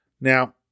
Now